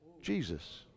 Jesus